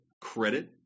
credit